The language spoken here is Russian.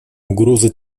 угроза